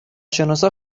شناسا